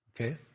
Okay